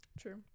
True